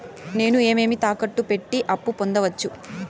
నేను ఏవేవి తాకట్టు పెట్టి అప్పు పొందవచ్చు?